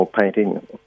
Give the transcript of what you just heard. painting